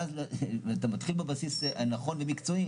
ואז כשאתה מתחיל בבסיס הנכון והמקצועי